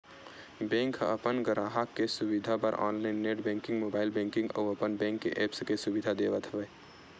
bank ह अपन गराहक के सुबिधा बर online net banking, mobile banking अउ अपन बेंक के ऐप्स के सुबिधा देवत हे